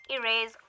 erase